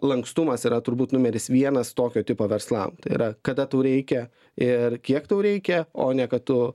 lankstumas yra turbūt numeris vienas tokio tipo verslam yra kada tau reikia ir kiek tau reikia o ne kad tu